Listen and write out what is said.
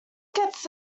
gets